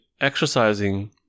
exercising